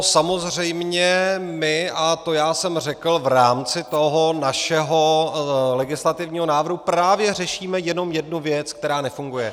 Samozřejmě by, a to jsem řekl v rámci toho našeho legislativního návrhu, právě řešíme jenom jednu věc, která nefunguje.